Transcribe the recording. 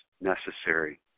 necessary